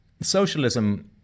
socialism